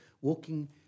walking